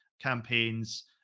campaigns